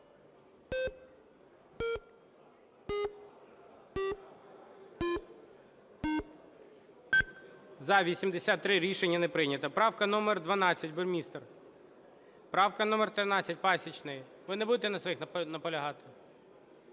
За-83 Рішення не прийнято. Правка номер 12, Буймістер. Правка номер 13, Пасічний. Ви не будете на своїх наполягати?